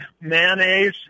mayonnaise